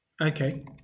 Okay